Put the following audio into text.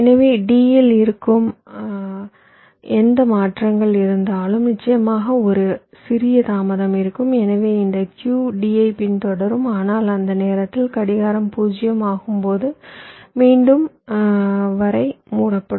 எனவே D இல் எந்த மாற்றங்கள் இருந்தாலும் நிச்சயமாக ஒரு சிறிய தாமதம் இருக்கும் எனவே இந்த Q D ஐப் பின்தொடரும் ஆனால் அந்த நேரத்தில் கடிகாரம் 0 ஆகும்போது மீண்டும் வரை மூடப்படும்